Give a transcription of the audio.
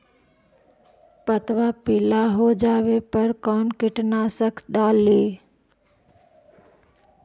पतबा पिला हो जाबे पर कौन कीटनाशक डाली?